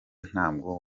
ntabwo